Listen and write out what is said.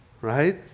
Right